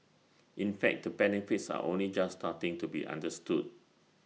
in fact the benefits are only just starting to be understood